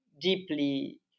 deeply